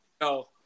No